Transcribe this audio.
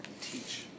teach